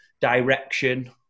direction